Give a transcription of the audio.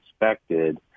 expected